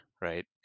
right